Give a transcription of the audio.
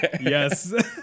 Yes